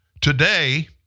Today